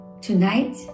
Tonight